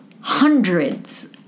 hundreds